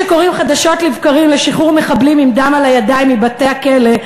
שקוראים חדשות לבקרים לשחרור מחבלים עם דם על הידיים מבתי-הכלא,